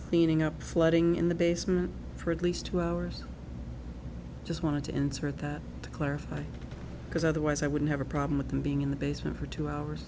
cleaning up flooding in the basement for at least two hours just wanted to answer that to clarify because otherwise i wouldn't have a problem with him being in the basement for two hours